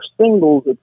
singles